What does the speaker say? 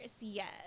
yes